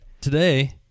Today